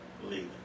believe